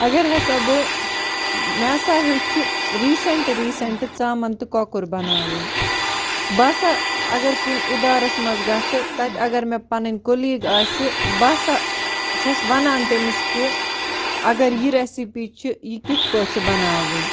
اگر ہسا بہٕ مےٚ ہسا ہیوٚچھِ ریٖسٮ۪نٛٹ ریٖسٮ۪نٛٹ ژامَن تہٕ کۄکُر بناوُن بہٕ ہسا اگر کُنہِ اِدارَس منٛز گژھٕ تَتہِ اگر مےٚ پَنٕنۍ کُلیٖگ آسہِ بہٕ ہسا چھَس ونان تٔمِس کہِ اگر یہِ رٮ۪سِپی چھِ یہِ کِتھ پٲٹھۍ چھِ بناوٕنۍ